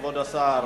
כבוד השר,